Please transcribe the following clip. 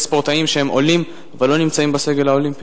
ספורטאים שהם עולים אבל לא נמצאים בסגל האולימפי.